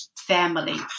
family